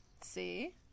See